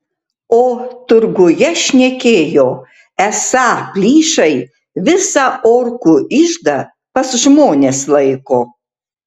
o turguje šnekėjo esą plyšai visą orkų iždą pas žmones laiko